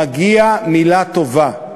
מגיעה מילה טובה.